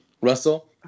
Russell